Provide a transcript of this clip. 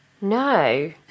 No